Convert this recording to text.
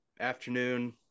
afternoon